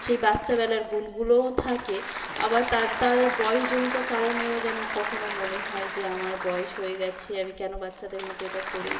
সেই বাচ্ছাবেলার গুণগুলোও থাকে আবার তার তার বয়েসজনিত কারণেও যেন কখনো মনে হয় যে আমার বয়েস হয়ে গেছে আমি কেন বাচ্চাদের মতো এটা করি